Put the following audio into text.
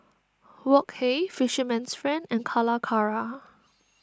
Wok Hey Fisherman's Friend and Calacara